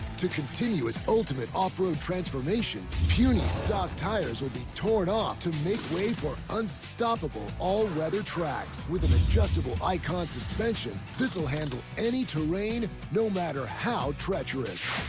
to continue its ultimate off-road transformation, puny stock tires will be torn off to make way for unstoppable all-weather tracks with an adjustable ikon suspension. this will handle any terrain no matter how treacherous.